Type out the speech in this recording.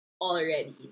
already